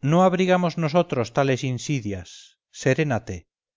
no abrigamos nosotros tales insidias serénate